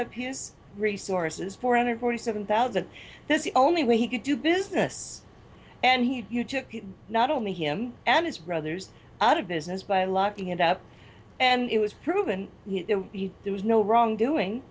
up his resources four hundred forty seven thousand that's the only way he could do business and he not only him and his brothers out of business by locking it up and it was proven there was no wrongdoing